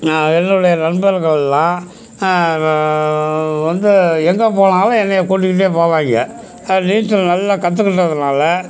என்னுடைய நண்பர்களெல்லாம் வந்து எங்கே போனாலும் என்னை கூட்டிக்கிட்டே போவாங்க நான் நீச்சல் நல்லா கற்றுக்கிட்டதுனால